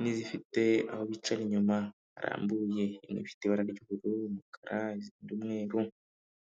n'izifite aho bicara inyuma harambuye, ifite ibara ry'ubururu, umukara n'umweru.